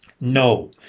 No